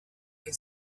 que